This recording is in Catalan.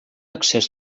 excés